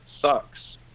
sucks